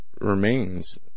remains